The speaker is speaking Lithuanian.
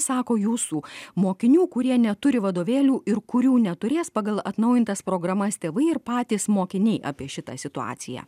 sako jūsų mokinių kurie neturi vadovėlių ir kurių neturės pagal atnaujintas programas tėvai ir patys mokiniai apie šitą situaciją